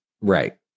Right